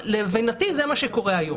להבנתי זה מה שקורה היום.